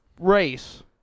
race